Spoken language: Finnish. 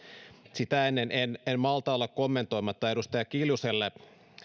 sitä ennen en en malta olla kommentoimatta edustaja kiljuselle